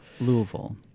Louisville